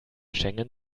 schengen